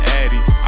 addies